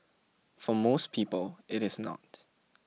for most people it is not